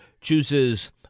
chooses